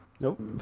Nope